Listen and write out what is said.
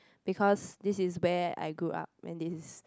because this is where I grew up and this is